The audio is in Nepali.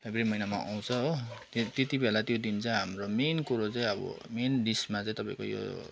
फेब्रुअरी महिनामा आउँछ हो त्यति बेला त्यो दिन चाहिँ हाम्रो मेन कुरो चाहिँ अब मेन डिसमा चाहिँ तपाईँको यो